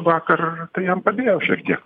vakar tai jam padėjo šiek tiek